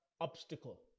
obstacle